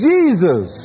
Jesus